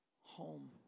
home